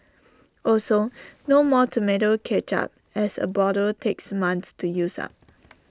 also no more Tomato Ketchup as A bottle takes months to use up